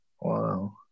Wow